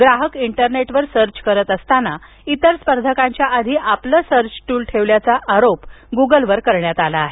ग्राहक इंटरनेटवर सर्च करत असताना इतर स्पर्धकांच्या आधी आपले सर्व टूल ठेवल्याचा गुगलवर आरोप ठेवण्यात आला आहे